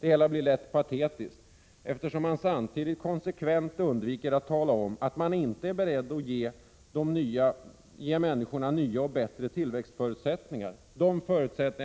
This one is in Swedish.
Det hela blir lätt patetiskt, eftersom man samtidigt konsekvent undviker att tala om att man inte är beredd att ge de nya och bättre tillväxtförutsättningar